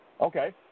Okay